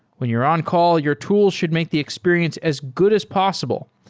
when you're on-call, your tool should make the experience as good as possible,